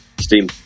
Steam